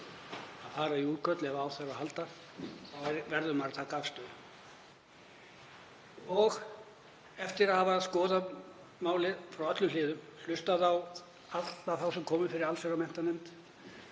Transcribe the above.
að fara í útköll ef á þarf að halda, verður maður að taka afstöðu. Eftir að hafa skoðað málið frá öllum hliðum, hlustað á alla þá sem komu fyrir allsherjar-